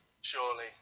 surely